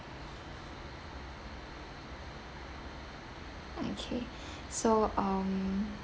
okay so uhm